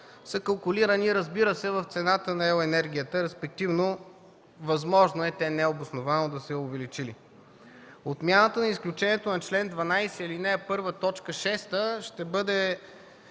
са калкулирани, разбира се, в цената на ел. енергията, респективно възможно е те необосновано да са я увеличили. Отмяната на изключенията на чл. 12, ал. 1, т. 6 ще бъде